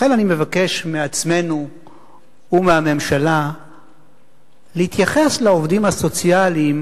לכן אני מבקש מעצמנו ומהממשלה להתייחס לעובדים הסוציאליים